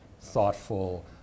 thoughtful